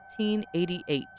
1888